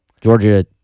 Georgia